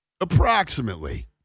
Approximately